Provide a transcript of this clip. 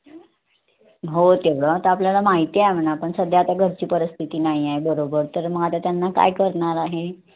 हो तेवढं आता आपल्याला माहिती आहे म्हणा पण सध्या आता घरची परिस्थिती नाही आहे बरोबर तर मग आता त्यांना काय करणार आहे